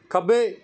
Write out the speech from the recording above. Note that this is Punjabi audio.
ਖੱਬੇ